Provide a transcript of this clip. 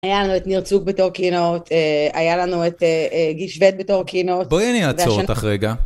היה לנו את ניר צוק בתור קינות, היה לנו את גיל שוויד בתור קינות. - בואי אני אעצור אותך רגע.